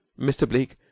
mr. bleke,